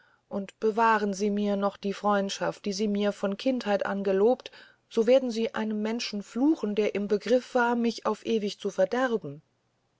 und bewahren sie mir noch die freundschaft die sie mir von kindheit an gelobten so werden sie einem menschen fluchen der im begrif war mich auf ewig zu verderben